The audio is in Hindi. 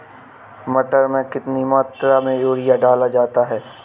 मटर में कितनी मात्रा में यूरिया डाला जाता है?